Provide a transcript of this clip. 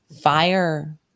Fire